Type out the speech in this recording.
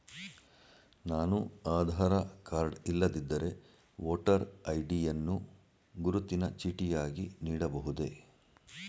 ನಾನು ಆಧಾರ ಕಾರ್ಡ್ ಇಲ್ಲದಿದ್ದರೆ voter ID ಯನ್ನು ಗುರುತಿನ ಚೀಟಿಯಾಗಿ ನೀಡಬಹುದೇ?